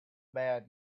man